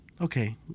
okay